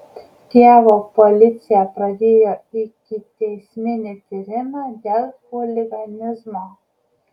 kijevo policija pradėjo ikiteisminį tyrimą dėl chuliganizmo